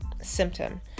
symptom